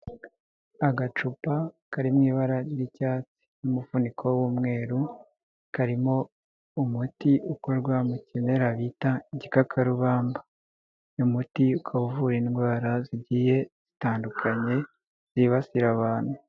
Agacupa kari mu ibara ry'icyatsi n'umufuniko w'umweru karimo umuti ukorwa mu kinera bita igikakarubamba, uyu umuti ukaba uvura indwara zigiye zitandukanye zibasira abantu.